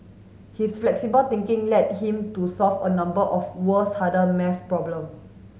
his flexible thinking led him to solve a number of world's harder maths problem